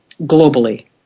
globally